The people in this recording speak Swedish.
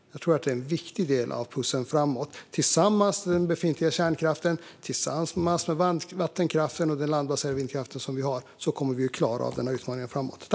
Jag tror att det är en viktig del av pusslet. Detta tillsammans med den befintliga kärnkraften, vattenkraften och den landbaserade vindkraften kommer att göra att vi klarar av den här utmaningen framåt.